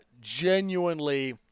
genuinely